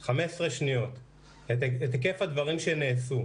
את היקף הדברים שנעשו: